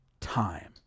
time